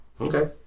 Okay